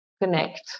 connect